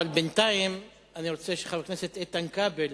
אבל בינתיים אני רוצה שחבר הכנסת איתן כבל